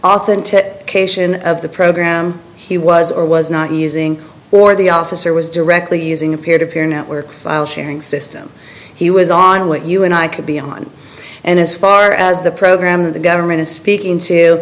authentic cation of the program he was or was not using or the officer was directly using a peer to peer network sharing system he was on what you and i could be on and as far as the program that the government is speaking to